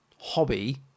hobby